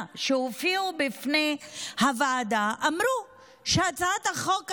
שהופיעו בפני הוועדה אמרו שהצעת החוק הזו,